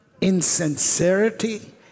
insincerity